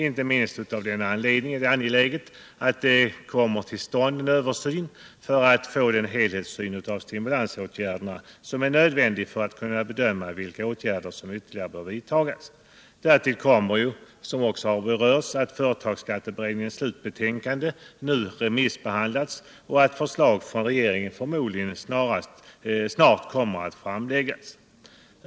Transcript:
Inte minst av denna anledning är det angeläget att en översyn kommer till stånd för att få den helhetssyn på stimulansåtgärderna som är nödvändig för att kunna bedöma vilka åtgärder som ytterligare bör vidtas. Därtill kommer, som också har berörts, att företagsskatteberedningens slutbetänkande nu remissbehandlats och att förslag från regeringen förmodligen snart kommer att framläggas.